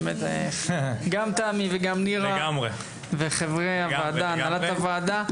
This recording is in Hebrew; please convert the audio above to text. גם תמי וגם נירה וחברי הוועדה, הנהלת הוועדה.